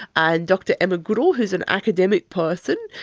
and dr emma goodall who is an academic person,